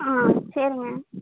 ஆ சரிங்க